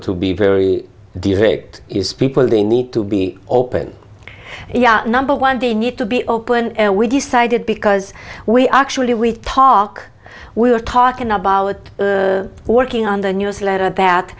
to be very direct is people they need to be open number one they need to be open and we decided because we actually we talk we are talking about working on the newsletter that